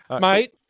Mate